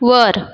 वर